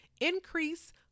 Increase